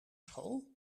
school